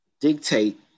dictate